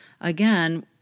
Again